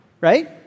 right